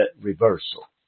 reversal